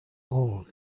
all